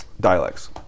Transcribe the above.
dialects